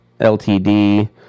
Ltd